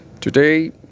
Today